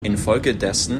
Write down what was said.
infolgedessen